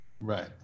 Right